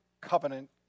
covenant